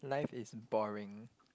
life is boring